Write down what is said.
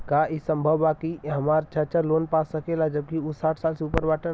का ई संभव बा कि हमार चाचा लोन पा सकेला जबकि उ साठ साल से ऊपर बाटन?